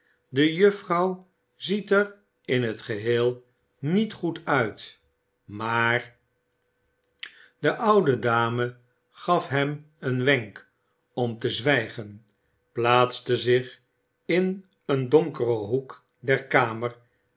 de juffrouw ziet er in het geheel niet goed uit maar de oude dame gaf hem een wenk om te zwijgen plaatste zich in een donkeren hoek der kamelen